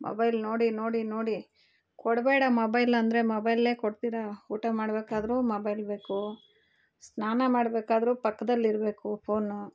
mobile ನೋಡಿ ನೋಡಿ ನೋಡಿ ಕೊಡಬೇಡ ಮೊಬೈಲ್ ಅಂದರೆ ಮೊಬೈಲೇ ಕೊಡ್ತೀರಾ ಊಟ ಮಾಡಬೇಕಾದ್ರು ಮೊಬೈಲ್ ಬೇಕು ಸ್ನಾನ ಮಾಡಬೇಕಾದ್ರು ಪಕ್ದಲ್ಲಿರಬೇಕು ಫೋನು